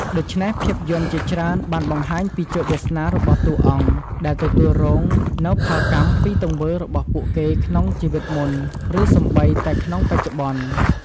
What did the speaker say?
ដូច្នេះ ភាពយន្តជាច្រើនបានបង្ហាញពីជោគវាសនារបស់តួអង្គដែលទទួលរងនូវផលកម្មពីទង្វើរបស់ពួកគេក្នុងជីវិតមុន ឬសូម្បីតែក្នុងបច្ចុប្បន្ន។